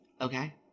Okay